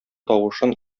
тавышын